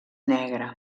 negra